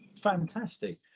Fantastic